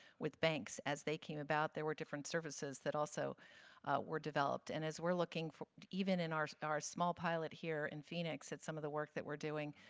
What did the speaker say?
with banks, as they came about there were different services that also were developed. and as we're looking even in our our small pilot here in phoenix at some of the work we're doing,